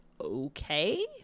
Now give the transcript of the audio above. okay